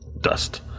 dust